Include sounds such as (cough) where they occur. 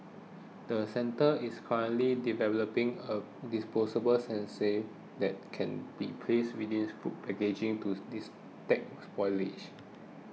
the centre is currently developing a disposable sensor that can be placed within food packaging to (unintelligible) spoilage